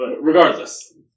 Regardless